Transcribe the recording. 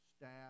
staff